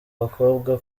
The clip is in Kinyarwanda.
bakobwa